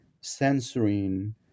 censoring